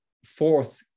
Fourth